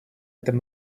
этом